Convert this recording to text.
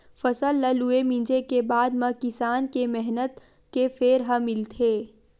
फसल ल लूए, मिंजे के बादे म किसान के मेहनत के फर ह मिलथे